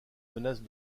menaces